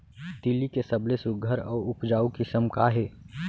तिलि के सबले सुघ्घर अऊ उपजाऊ किसिम का हे?